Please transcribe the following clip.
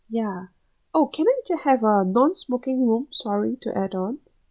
ya oh can I have a non-smoking room sorry to add on